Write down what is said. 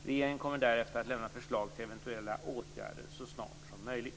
Regeringen kommer därefter att lämna förslag till eventuella åtgärder så snart som möjligt.